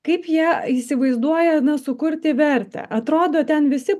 kaip jie įsivaizduoja na sukurti vertę atrodo ten visi